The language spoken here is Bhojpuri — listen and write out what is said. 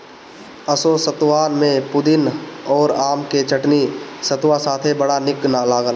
असो सतुआन में पुदीना अउरी आम के चटनी सतुआ साथे बड़ा निक लागल